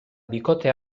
bikote